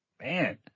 Man